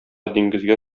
диңгезгә